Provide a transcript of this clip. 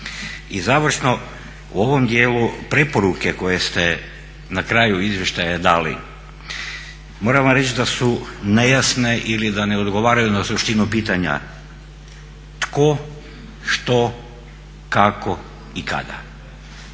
I završno, u ovom dijelu preporuke koje ste na kraju izvještaja dali, moram vam reći da su nejasne ili da ne odgovaraju na suštinu pitanja tko, što, kako i kada.